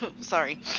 sorry